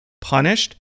punished